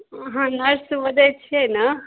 अहाँ नर्स बजय छियैने